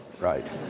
Right